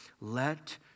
Let